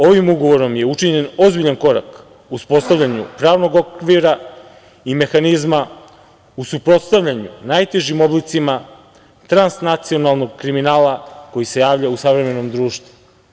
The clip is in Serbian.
Ovim ugovorom je učinjen ozbiljan korak u uspostavljanju pravnog okvira i mehanizma u suprotstavljanju najtežim oblicima trans-nacionalnog kriminala koji se javlja u savremenom društvu.